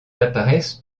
apparaissent